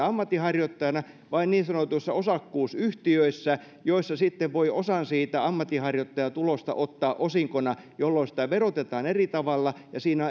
ammatinharjoittajina vai niin sanotuissa osakkuusyhtiöissä joissa sitten voi osan siitä ammatinharjoittajatulosta ottaa osinkona jolloin sitä verotetaan eri tavalla ja siinä